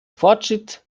fortschritt